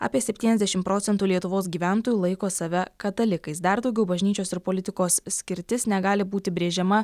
apie septyniasdešimt procentų lietuvos gyventojų laiko save katalikais dar daugiau bažnyčios ir politikos skirtis negali būti brėžiama